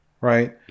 right